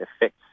effects